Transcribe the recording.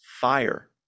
fire